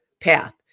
path